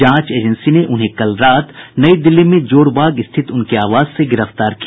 जांच एजेंसी ने उन्हें कल रात नई दिल्ली में जोर बाग स्थित उनके आवास से गिरफ्तार किया